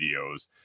videos